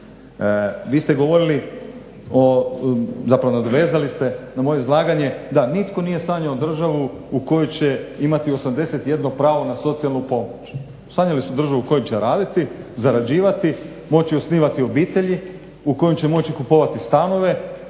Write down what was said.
Vi ste govorili o, zapravo nadovezali ste na moje izlaganje da nitko nije sanjao državu u kojoj će imati 81 pravo na socijalnu pomoć. Sanjali su državu u kojoj će raditi, zarađivati, moći osnivati obitelji, u kojoj će moći kupovati stanove,